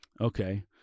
okay